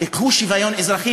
קחו שוויון אזרחי,